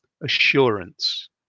assurance